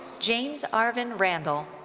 james arvin randall.